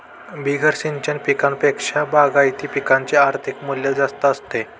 बिगर सिंचन पिकांपेक्षा बागायती पिकांचे आर्थिक मूल्य जास्त असते